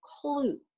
clue